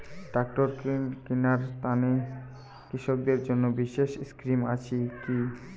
Tractor কিনার তানে কৃষকদের জন্য বিশেষ স্কিম আছি কি?